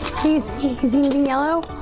peacekeepers in yellow.